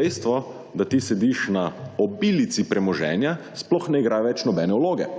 dejstvo da ti sediš na obilici premoženja, sploh ne igra več nobene vloge.